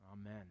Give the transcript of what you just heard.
Amen